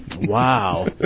Wow